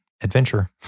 Adventure